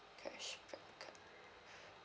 cashback card